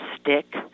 stick